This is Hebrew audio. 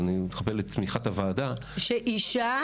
אבל אני מצפה לתמיכת הוועדה --- שאישה?